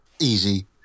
Easy